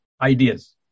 ideas